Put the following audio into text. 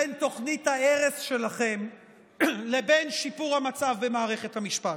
בין תוכנית ההרס שלכם לבין שיפור המצב במערכת המשפט?